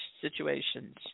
situations